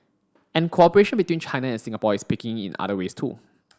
and cooperation between China and Singapore is picking in other ways too